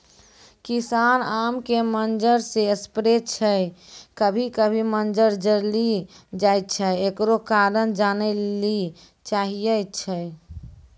किसान आम के मंजर जे स्प्रे छैय कभी कभी मंजर जली जाय छैय, एकरो कारण जाने ली चाहेय छैय?